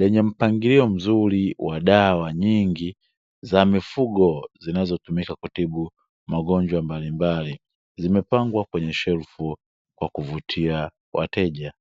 lenye mpangilio mzuri wa dawa nyingi za mifugo zinazotumika kutibu magonjwa mbali mbali, zimepangwa kwenye shelfu kwa kuvutia wateja.